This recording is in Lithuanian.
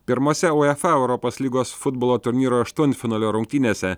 pirmose uefa europos lygos futbolo turnyro aštuntfinalio rungtynėse